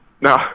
No